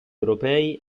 europei